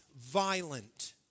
violent